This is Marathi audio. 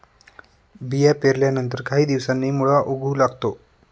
बिया पेरल्यानंतर काही दिवसांनी मुळा उगवू लागतो